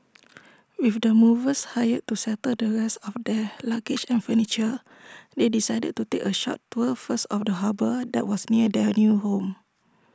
with the movers hired to settle the rest of their luggage and furniture they decided to take A short tour first of the harbour that was near their new home